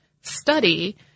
study